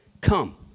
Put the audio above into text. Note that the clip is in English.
Come